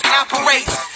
operates